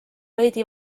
veidi